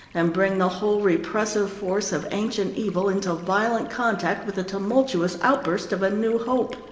and bring the whole repressive force of ancient evil into violent contact with the tumultuous outburst of a new hope.